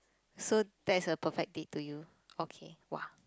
so that's a perfect date to you okay !wah!